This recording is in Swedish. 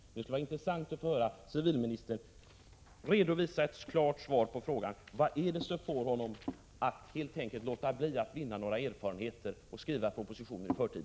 Det skulle vara intressant att få höra civilministern redovisa ett klart svar på frågan: Vad är det som får civilministern att låta bli att vinna några erfarenheter — och skriva propositionen i förtid?